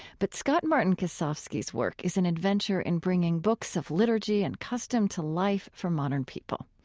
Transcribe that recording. but scott-martin kosofsky's work is an adventure in bringing books of liturgy and custom to life for modern people.